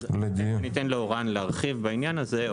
אתן לאורן להרחיב בעניין הזה.